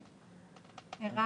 אוקיי.